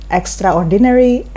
extraordinary